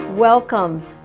Welcome